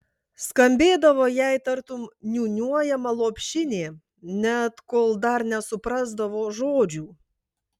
skambėdavo jai tartum niūniuojama lopšinė net kol dar nesuprasdavo žodžių